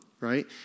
right